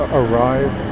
arrive